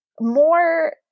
More